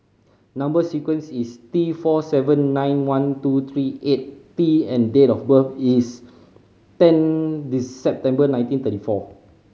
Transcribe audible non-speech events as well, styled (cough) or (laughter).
number sequence is T four seven nine one two three eight T and date of birth is ten (unintelligible) September nineteen thirty four